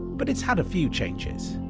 but it's had a few changes!